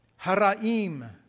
haraim